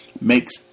makes